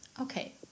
okay